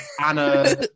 Anna